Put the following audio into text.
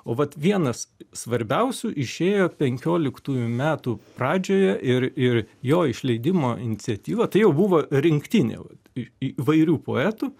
o vat vienas svarbiausių išėjo penkioliktųjų metų pradžioje ir ir jo išleidimo iniciatyva tai jau buvo rinktinė į įvairių poetų